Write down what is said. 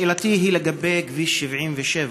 שאלתי היא לגבי כביש 77,